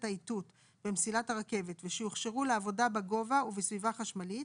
האיתות במסילת הרכבת ושהוכשרו לעבודה בגובה ובסביבה חשמלית